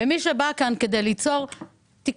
מי שבא לכאן כדי ליצור תקשורת